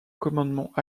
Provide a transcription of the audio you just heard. commandement